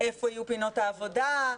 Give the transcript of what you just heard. איפה יהיו פינות העבודה,